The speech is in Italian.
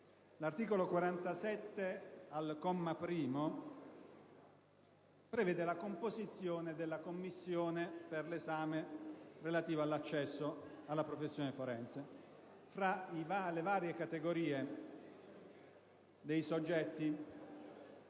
L'articolo 47, al comma 1, prevede la composizione della commissione di esame per l'accesso alla professione forense. Fra le varie categorie dei soggetti